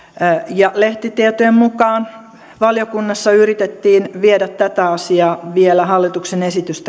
lehtitietojen mukaan valiokunnassa yritettiin viedä tätä asiaa vielä hallituksen esitystäkin pidemmälle